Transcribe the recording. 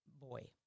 boy